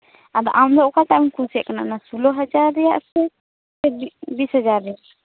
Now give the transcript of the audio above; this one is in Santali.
ᱟᱨ ᱟᱢ ᱫᱚ ᱚᱠᱟᱴᱟᱜ ᱮᱢ ᱠᱩᱥᱤᱭᱟᱜ ᱠᱟᱱᱟ ᱥᱳᱞᱞᱳ ᱦᱟᱡᱟᱨ ᱨᱮᱭᱟᱜ ᱥᱮ ᱵᱤᱥ ᱦᱟᱡᱟᱨ ᱨᱮᱭᱟᱜ